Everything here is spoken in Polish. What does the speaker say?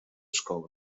szkoły